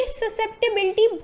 susceptibility